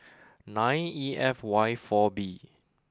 nine E F Y four B